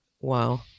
Wow